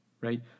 right